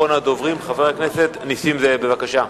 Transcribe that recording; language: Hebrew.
אחרון הדוברים, חבר הכנסת נסים זאב, בבקשה.